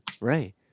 Right